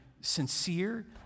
sincere